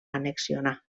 annexionar